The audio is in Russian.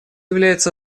является